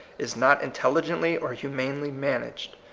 is not intel ligently or humanely managed.